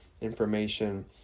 information